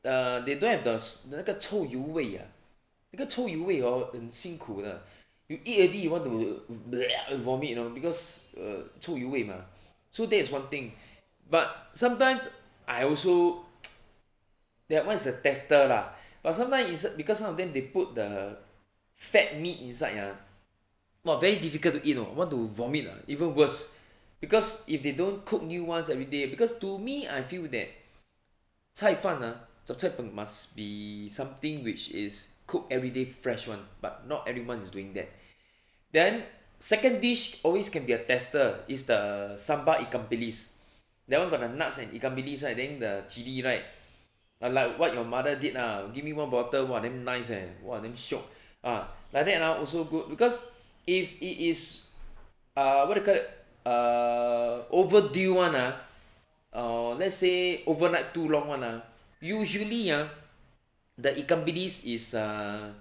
err they don't have the 那个臭油味 ah because 臭油味 hor 很辛苦的 you eat already you want to vomit you know because you know err 臭油味吗 so that is one thing but sometimes I also that [one] is a tester lah but sometime is because some of them they put the fat meat inside ah !wah! very difficult to eat know want to vomit ah even worse because if they don't cook new [ones] everyday because to me I feel that 菜饭 ah zhup cai png must be something which is cook everyday fresh [one] but not everyone is doing that then second dish always can be a tester is the sambal ikan bilis that [one] got the nuts and ikan billis right then the chilli right ah like what your mother did lah give me one bottle !wah! damn nice eh !wah! damn shiok ah like that ah also good because if it is uh what do you call that err overdue [one] ah err that's say overnight too long [one] ah usually ha the ikan bilis is err